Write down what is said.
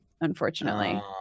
Unfortunately